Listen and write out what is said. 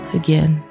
again